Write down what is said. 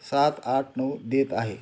सात आठ नऊ देत आहे